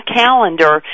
calendar